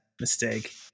mistake